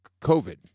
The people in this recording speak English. COVID